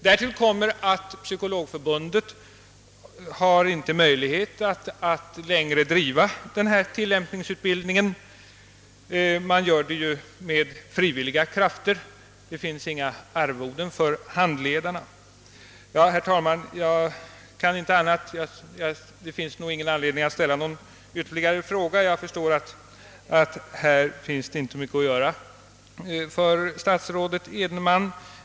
Därtill kommer att Sveriges psykologförbund inte har möjlighet att längre driva denna tillämpningsutbildning — den bedrivs ju med frivilliga krafter, och det finns inga arvoden för handledarna. Herr talman! Det finns väl inte anledning att ställa någon följdfråga. Jag förstår att utöver detta kan inte mycket mer sägas av statsrådet Edenman.